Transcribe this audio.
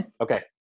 Okay